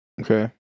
Okay